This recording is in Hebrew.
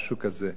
זו הכוונה?